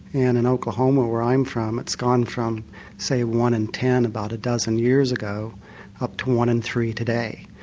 and in oklahoma where i'm from it's gone from say one in ten about a dozen years ago up to one in three today.